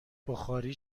بخاری